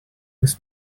this